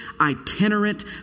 itinerant